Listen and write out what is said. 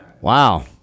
wow